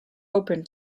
open